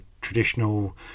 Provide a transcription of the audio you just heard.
traditional